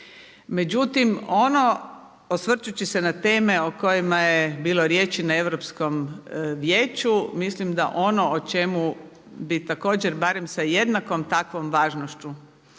Međutim, ono osvrćući se na teme o kojima je bilo riječi na Europskom vijeću mislim da ono o čemu bi također barem sa jednakom takvom važnošću